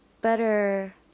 better